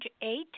eight